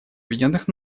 объединенных